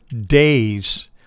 days